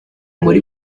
muri